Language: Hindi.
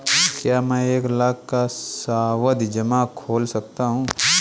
क्या मैं एक लाख का सावधि जमा खोल सकता हूँ?